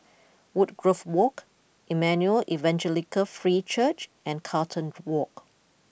Woodgrove Walk Emmanuel Evangelical Free Church and Carlton Walk